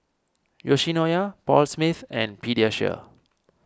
Yoshinoya Paul Smith and Pediasure